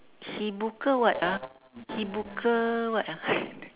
he buka what ah he buka what ah